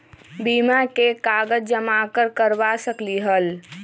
बीमा में कागज जमाकर करवा सकलीहल?